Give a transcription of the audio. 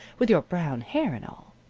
with your brown hair and all.